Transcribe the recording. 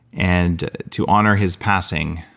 and to honor his passing,